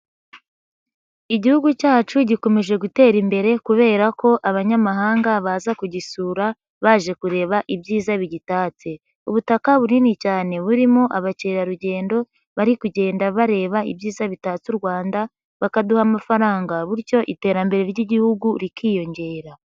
Igihugu cyacu gikomeje gutera imbere kubera ko abanyamahanga baza kugisura baje kureba ibyiza bigitatse. Ubutaka bunini cyane burimo abakerarugendo bari kugenda bareba ibyiza bitatse u Rwanda, bakaduha amafaranga bityo iterambere ry'Igihugu rikiyongera.